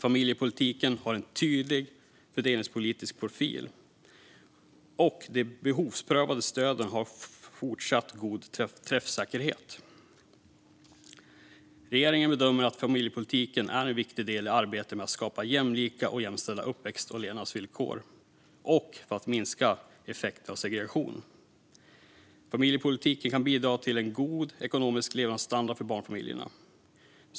Familjepolitiken har en tydlig fördelningspolitisk profil, och de behovsprövade stöden har fortsatt god träffsäkerhet. Regeringen bedömer att familjepolitiken är en viktig del i arbetet med att skapa jämlika och jämställda uppväxt och levnadsvillkor och för att minska effekter av segregation. Familjepolitiken kan bidra till en god ekonomisk levnadsstandard för barnfamiljerna.